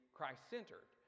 Christ-centered